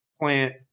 plant